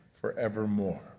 forevermore